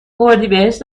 اردیبهشت